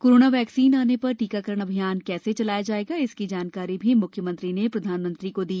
corona vaccine आने पर टीकाकरण अभियान कैसे चलाया जाएगा इसकी जानकारी भी मुख्यमंत्री ने प्रधानमंत्री को दी